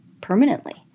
permanently